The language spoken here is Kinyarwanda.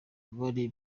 ububabare